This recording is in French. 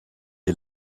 est